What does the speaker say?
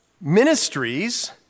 ministries